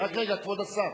רק רגע, כבוד השר.